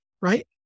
Right